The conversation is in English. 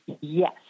Yes